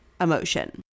emotion